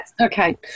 okay